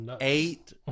eight